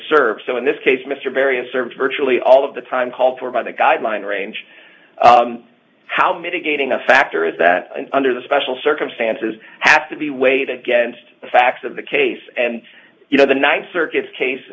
served so in this case mr various or virtually all of the time called for by the guideline range how mitigating a factor is that under the special circumstances has to be weighed against the facts of the case and you know the ninth circuit's case